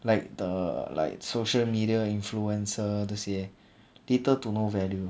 like the like social media influencer 这些 little to no value